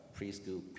preschool